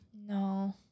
No